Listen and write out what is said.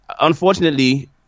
Unfortunately